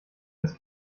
das